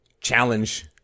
challenge